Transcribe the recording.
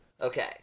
Okay